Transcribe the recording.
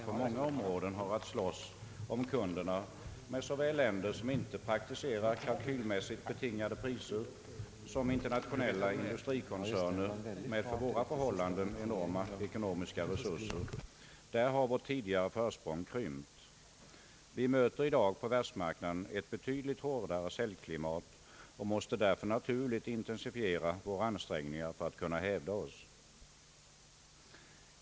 på många områden har att slåss om kunderna med såväl länder som inte praktiserar kalkylmässigt betingade priser som internationella industrikoncerner med för våra förhållanden enorma ekonomiska resurser, har vårt tidigare försprång krympt. Vi möter i dag på världsmarknaden ett betydligt hårdare säljklimat och måste därför naturligt intensifiera våra ansträngningar för att kunna hävda oss.